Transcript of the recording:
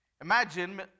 Imagine